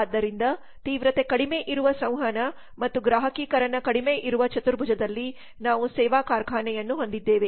ಆದ್ದರಿಂದ ತೀವ್ರತೆ ಕಡಿಮೆ ಇರುವ ಸಂವಹನ ಮತ್ತು ಗ್ರಾಹಕೀಕರಣ ಕಡಿಮೆ ಇರುವ ಚತುರ್ಭುಜದಲ್ಲಿ ನಾವು ಸೇವಾ ಕಾರ್ಖಾನೆಯನ್ನು ಹೊಂದಿದ್ದೇವೆ